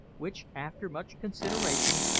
which, after much consideration,